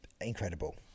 incredible